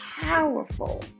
powerful